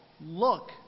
look